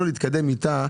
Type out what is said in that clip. ולא להתקדם איתה,